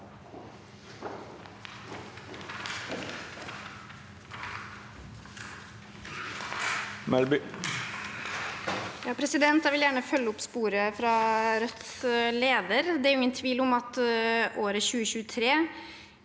Jeg vil gjerne følge opp sporet fra Rødts leder. Det er ingen tvil om at året 2023